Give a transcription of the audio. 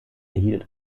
erhielt